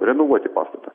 renovuoti pastatą